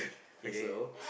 okay